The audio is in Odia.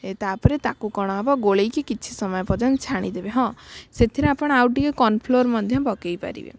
ତା'ପରେ ତାକୁ କ'ଣ ହବ ଗୋଳାଇକି କିଛି ସମୟ ପର୍ଯ୍ୟନ୍ତ ଛାଣିଦେବେ ହଁ ସେଥିରେ ଆପଣ ଆଉ ଟିକେ କର୍ଣ୍ଣଫ୍ଲୋର୍ ମଧ୍ୟ ପକାଇ ପାରିବେ